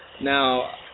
Now